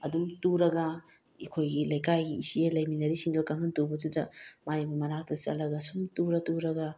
ꯑꯗꯨꯝ ꯇꯨꯔꯒ ꯑꯩꯈꯣꯏꯒꯤ ꯂꯩꯀꯥꯏꯒꯤ ꯏꯆꯦ ꯂꯩꯃꯤꯟꯅꯔꯤꯁꯤꯡꯗꯣ ꯀꯥꯡꯈꯟ ꯇꯨꯕꯗꯨꯗ ꯃꯥꯏ ꯃꯅꯥꯛꯇ ꯆꯠꯂꯒ ꯁꯨꯝ ꯇꯨꯔ ꯇꯨꯔꯒ